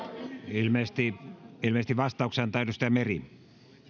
ilmeisesti ilmeisesti vastauksen antaa edustaja meri